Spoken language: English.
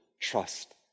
trust